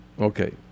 Okay